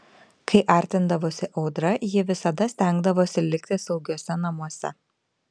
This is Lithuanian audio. kai artindavosi audra ji visada stengdavosi likti saugiuose namuose